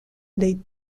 les